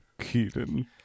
keaton